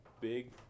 big